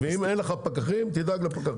ואם אין לך פקחים, תדאג לפקחים.